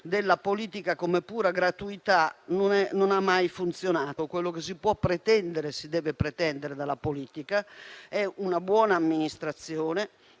della politica come pura gratuità non ha mai funzionato. Quello che si può e si deve pretendere dalla politica è una buona amministrazione,